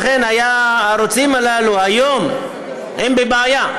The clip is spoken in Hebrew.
לכן הערוצים הללו היום הם בבעיה,